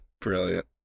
brilliant